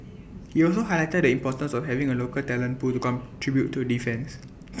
he also highlighted the importance of having A local talent pool to contribute to defence